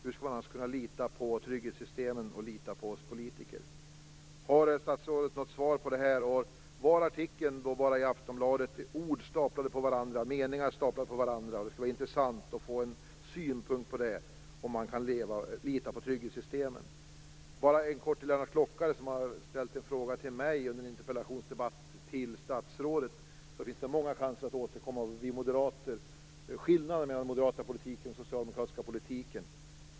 Hur skall man annars kunna lita på trygghetssystemen och lita på oss politiker? Har statsrådet något svar, inte bara en artikel i Aftonbladet, ord och meningar staplade på varandra. Det skulle vara intressant att få en synpunkt på detta att kunna lita på trygghetssystemen. Lennart Klockare ställde en fråga till mig under en interpellationsdebatt med statsrådet. Det finns många chanser att återkomma. Det är skillnader mellan den moderata och den socialdemokratiska politiken.